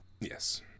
Yes